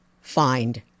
find